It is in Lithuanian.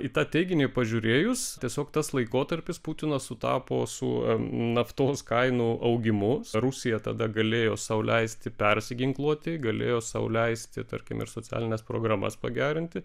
į tą teiginį pažiūrėjus tiesiog tas laikotarpis putino sutapo su naftos kainų augimu rusija tada galėjo sau leisti persiginkluoti galėjo sau leisti tarkim ir socialines programas pagerinti